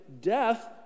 death